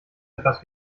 etwas